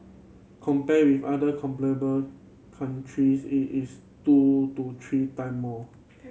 compared with other countries it is two to three time more